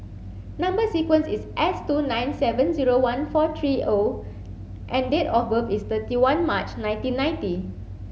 number sequence is S two nine seven zero one four three O and date of birth is thirty one March nineteen ninety